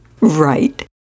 right